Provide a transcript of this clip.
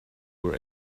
were